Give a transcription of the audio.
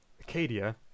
Acadia